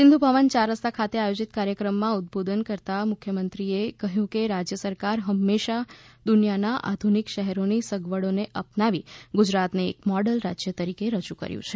સિંધુભવન ચાર રસ્તા ખાતે આયોજિત કાર્યક્રમમાં ઉદ્વબોધન કરતા મુખ્યમંત્રીશ્રીએ કહ્યું કે રાજ્ય સરકારે હંમેશા દુનિયાના આધુનિક શહેરોની સગવડોને અપનાવી ગુજરાતને એક મોડેલ રાજ્ય તરીકે રજૂ કર્યું છે